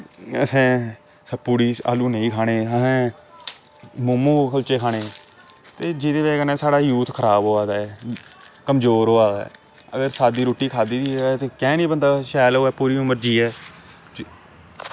असैं पूड़ी आलू नेंई खाने असैं मोमो कुल्चे खाने ते जेह्दी बज़ह कन्नै साढ़ा यूथ खराब होआ दा ऐ कमजोर होआ दा ऐ अगर साद्दी रुट्टी खाद्दी दी होऐ ते कैंह् नी बंदा शैल होऐ पूरी उमर जीऐ